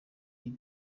iyi